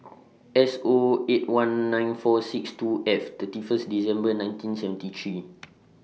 S O eight one nine four six two F thirty First December nineteen seventy three